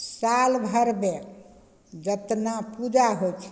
सालभरिमे जेतना पूजा होइ छै